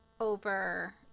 over